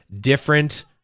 different